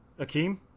Akeem